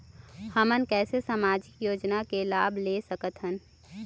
हमन कैसे सामाजिक योजना के लाभ ले सकथन?